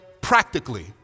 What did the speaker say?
practically